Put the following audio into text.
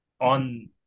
on